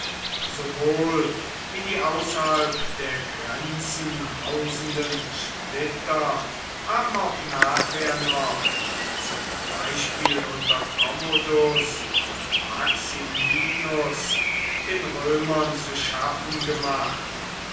sowohl wie die außerhalb der grenzen hausenden splitter haben auch nachher noch zum beispiel unter commodus und maximinus den römern zu schaffen gemacht